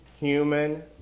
human